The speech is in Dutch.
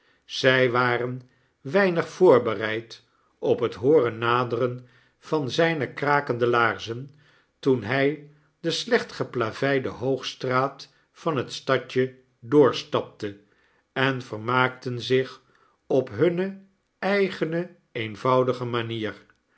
zij waren weinig voorbereid op het hooren naderen van zjjne krakende laarzen toen hi de slecht geplaveide h o o g s t r a a t van het stadje doorstapte en vermaakten zich op hunne eigene eenvoudige manier